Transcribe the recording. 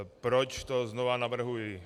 Proč to znova navrhuji.